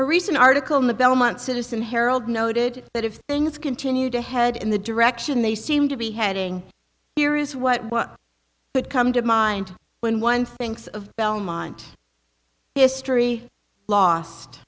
recent article in the belmont citizen harold noted that if things continue to head in the direction they seem to be heading here is what would come to mind when one thinks of belmont history lost